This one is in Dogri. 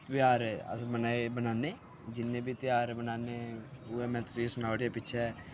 धेयार अस बनाए बनांने जिन्ने बी धेयार बनांने उ'यै मैं तुसें गी सनाई ओड़े पिच्छै